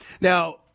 Now